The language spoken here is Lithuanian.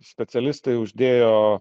specialistai uždėjo